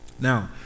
Now